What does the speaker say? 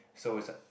so it's a